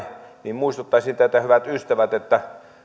niin muistuttaisin teitä hyvät ystävät että